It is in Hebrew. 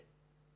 כן.